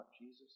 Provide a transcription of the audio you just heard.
Jesus